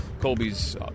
Colby's